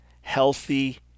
healthy